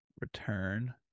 return